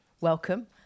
welcome